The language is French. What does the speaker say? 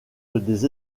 des